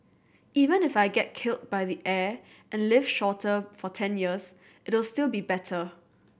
even if I get killed by the air and live shorter for ten years it'll still be better